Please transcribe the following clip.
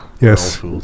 Yes